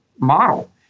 model